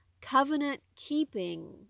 covenant-keeping